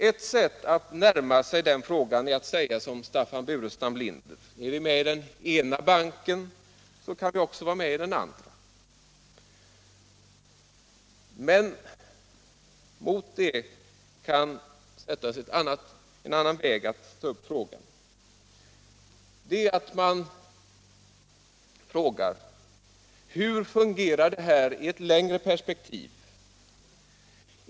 Ett sätt att närma sig den frågan är att säga som Staffan Burenstam Linder: Är vi med i en bank, så kan vi också vara med i en annan. Mot det finns en annan väg att ta upp problemet. Det är att man frågar: Hur fungerar det här i ett längre perspektiv?